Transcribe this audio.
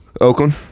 Oakland